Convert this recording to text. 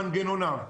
ומנגנוניו.